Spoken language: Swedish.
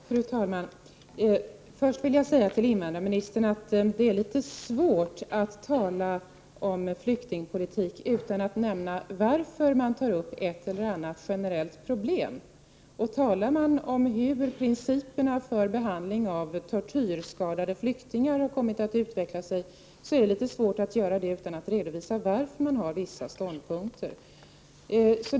Fru talman! Först vill jag säga till invandrarministern att det är litet svårt att tala om flyktingpolitik utan att nämna varför man tar upp ett eller annat generellt problem. Talar man om hur principerna för behandling av tortyrskadade flyktingar har kommit att utveckla sig, är det litet svårt att göra det utan att redovisa varför man har vissa ståndpunkter.